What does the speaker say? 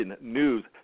news